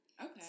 Okay